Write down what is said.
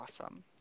Awesome